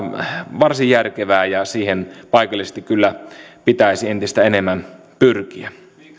varsin järkevää ja siihen kyllä pitäisi entistä enemmän paikallisesti pyrkiä